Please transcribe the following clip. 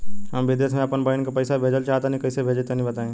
हम विदेस मे आपन बहिन के पास पईसा भेजल चाहऽ तनि कईसे भेजि तनि बताई?